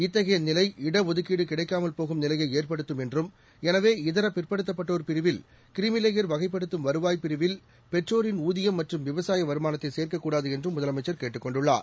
இத்தகைய நிலை இடஒதுக்கீடு கிடைக்காமல் போகும் நிலையை ஏற்படுத்தும் என்றும் எனவே இதர பிற்படுத்தப்பட்டோர் பிரிவில் கிரீமிலேயர் வகைப்படுத்தும் வருவாய்ப் பிரிவில் பெற்றோரின் ஊதியம் மற்றும் விவசாய வருமானத்தை சேர்க்கக்கூடாது என்றும் முதலமைச்சர் கேட்டுக் கொண்டுள்ளார்